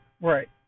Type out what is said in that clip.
Right